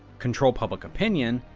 control public opinion,